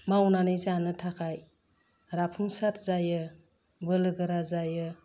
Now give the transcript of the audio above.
मावनानै जानो थाखाय राफुंसार जायो बोलो गोरा जायो